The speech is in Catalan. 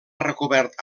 recobert